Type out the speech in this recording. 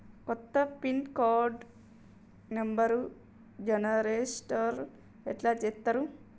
కొత్త pin card నెంబర్ని generation ఎట్లా చేత్తరు?